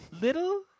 little